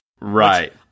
right